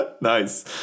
Nice